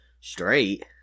straight